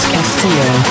Castillo